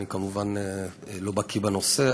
אני כמובן לא בקי בנושא,